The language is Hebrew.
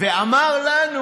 ואמר לנו: